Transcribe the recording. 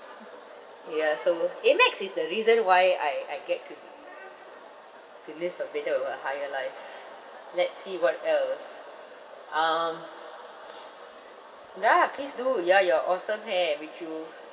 ya so Amex is the reason why I I get to to live a better or a higher life let's see what else um ya please do ya your awesome hair which you